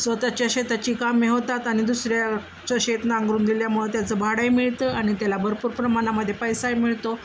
स्वतःच्या शेताची काम होतात आणि दुसऱ्याचं शेत नांगरून दिल्यामुळं त्याचं भाडं मिळतं आणि त्याला भरपूर प्रमाणामध्ये पैसा मिळतो